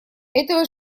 этого